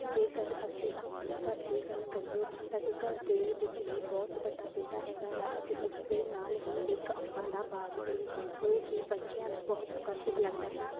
ਜੇਕਰ ਅਸੀਂ ਆਪਣੇ ਘਰ ਦੀ ਗੱਲ ਕਰੀਏ ਤਾਂ ਸਾਡੇ ਘਰ ਦੇ ਵਿੱਚ ਹੀ ਬਹੁਤ ਵੱਡਾ ਵਿਹੜਾ ਹੈਗਾ ਆ ਅਤੇ ਉਸਦੇ ਨਾਲ ਹੀ ਇੱਕ ਅੰਬਾਂ ਦਾ ਬਾਗ ਵੀ ਹੈ ਜੋ ਕਿ ਪੰਛੀਆਂ ਨੂੰ ਬਹੁਤ ਆਕਰਸ਼ਿਤ ਲੱਗਦਾ ਹੈ